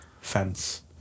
fence